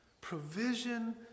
provision